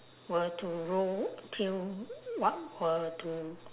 were to roll till what were to